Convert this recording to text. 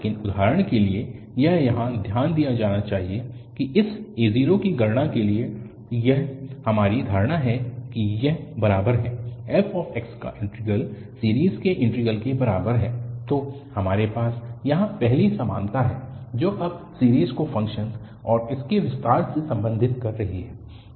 लेकिन उदाहरण के लिए यह यहाँ ध्यान दिया जाना चाहिए कि इन a0 की गणना के लिए यह हमारी धारणा है कि यह बराबर है f x का इंटीग्रल सीरीज़ के इंटीग्रल के बराबर है तो हमारे पास यहाँ पहली समानता है जो अब सीरीज़ को फ़ंक्शन और उसके विस्तार से संबंधित कर रही है